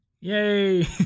Yay